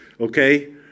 Okay